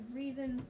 reason